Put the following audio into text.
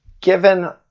given